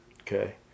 okay